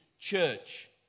church